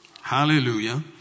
Hallelujah